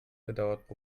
bedauerte